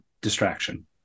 distraction